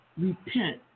Repent